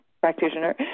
practitioner